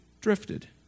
drifted